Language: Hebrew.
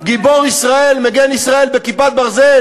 גיבור ישראל, מגן ישראל ב"כיפת ברזל"